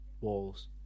Walls